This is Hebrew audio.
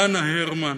דנה הרמן,